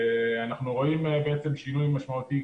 ואנחנו רואים בעצם שינוי משמעותי,